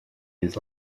his